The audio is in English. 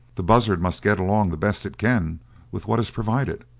the buzzard must get along the best it can with what is provided.